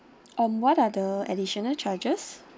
um what are the additional charges